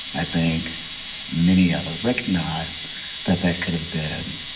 i think many of us recognize that that could have been